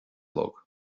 chlog